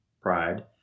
pride